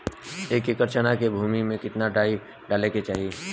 एक एकड़ चना के भूमि में कितना डाई डाले के चाही?